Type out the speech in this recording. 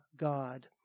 God